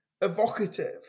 evocative